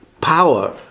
power